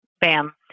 bam